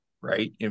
right